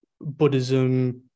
buddhism